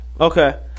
Okay